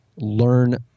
learn